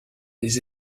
des